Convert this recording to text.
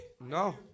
no